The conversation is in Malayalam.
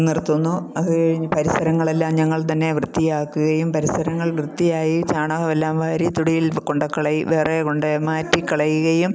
നിർത്തുന്നു അത് കഴിഞ്ഞു പരിസരങ്ങളെല്ലാം ഞങ്ങൾ തന്നെ വൃത്തിയാക്കുകയും പരിസരങ്ങൾ വൃത്തിയായി ചാണകം എല്ലാം വാരി തൊടിയിൽ കൊണ്ടുകളയും വേറെ കൊണ്ടുപോയി മാറ്റി കളയുകയും